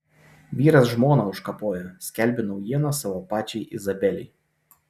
vyras žmoną užkapojo skelbiu naujieną savo pačiai izabelei